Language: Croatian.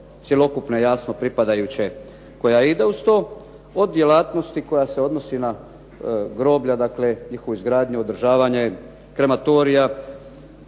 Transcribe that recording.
cjelokupne jasno, pripadajuće koja ide uz to, od djelatnosti koja se odnosi na groblja, njihovu izgradnju, održavanje krematorija,